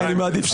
אני מעדיף שלא.